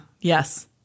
Yes